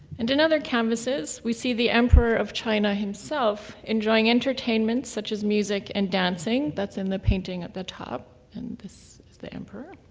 and in other canvases, we see the emperor of china himself enjoying entertainment such as music and dancing. that's in the painting at the top and this is the emperor.